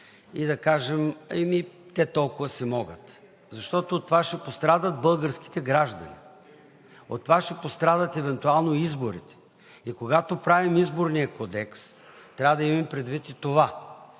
и да кажем: „Ами те толкова си могат!“ Защото от това ще пострадат българските граждани, от това евентуално ще пострадат изборите. И когато правим Изборния кодекс, трябва да имаме предвид и това